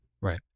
Right